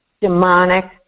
demonic